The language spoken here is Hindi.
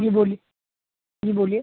जी बोलिए जी बोलिए